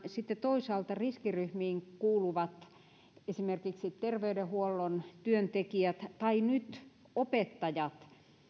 sitten toisaalta riskiryhmiin kuuluvat esimerkiksi terveydenhuollon työntekijät tai nyt opettajat